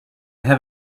have